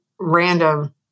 random